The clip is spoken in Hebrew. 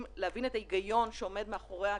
להפריד את ה-200 מיליון שקל משאר ה"סלט"